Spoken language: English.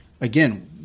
again